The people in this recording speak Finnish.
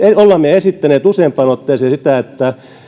olemme esittäneet useampaan otteeseen sitä että